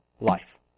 life